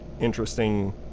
interesting